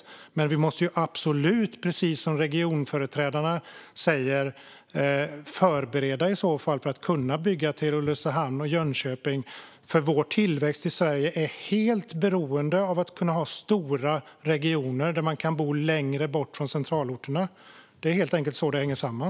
Men i så fall måste vi absolut, precis som regionföreträdarna säger, förbereda för att kunna bygga till Ulricehamn och Jönköping. Vår tillväxt i Sverige är helt beroende av att ha stora regioner och att man kan bo längre bort från centralorterna. Det är helt enkelt så det hänger samman.